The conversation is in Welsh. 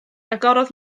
agorodd